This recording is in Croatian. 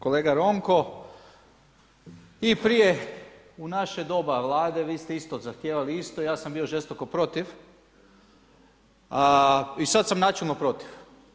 Kolega Ronko i prije u naše doba Vlade vi ste isto zahtijevali isto, ja sam bio žestoko protiv a i sada sam načelno protiv.